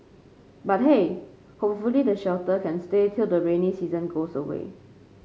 but hey hopefully the shelter can stay till the rainy season goes away